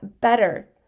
better